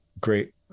great